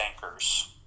bankers